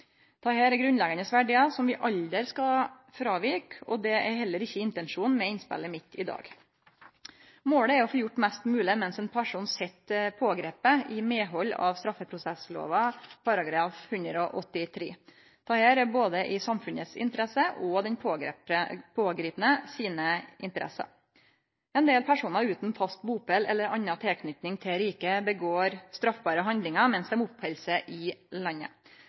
Dette er grunnleggjande verdiar som vi aldri skal fråvike, og det er heller ikkje intensjonen min med innspelet mitt i dag. Målet er å få gjort mest mogleg mens ein person sit pågripen, i medhald av straffeprosesslova § 183. Dette er både i samfunnets interesse og i den pågripne sine interesser. Ein del personar utan fast bustad eller anna tilknyting til riket gjer straffbare handlingar mens dei oppheld seg i landet.